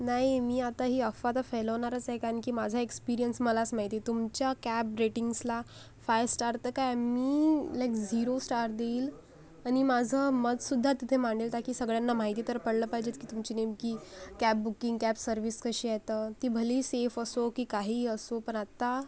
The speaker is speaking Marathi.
नाही मी आता ही अफवा तर फैलावणारच आहे कारण की माझा एक्सपिरियन्स मलाच माहिती तुमच्या कॅब रेटिंग्सला फाइव स्टार तर काय मी लाइक झीरो स्टार देईन आणि माझं मतसुद्धा तिथे मांडेन ताकि सगळ्यांना माहिती तर पडलं पाहिजेच की तुमची नेमकी कॅब बुकिंग कॅब सर्विस कशी आहे तर ती भली सेफ असो की काहीही असो पण आता